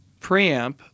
preamp